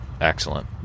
excellent